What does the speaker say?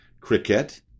Cricket